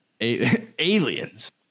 Aliens